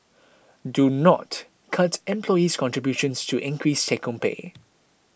do not cut employee's contributions to increase take home pay